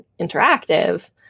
interactive